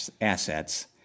assets